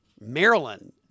Maryland